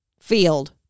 field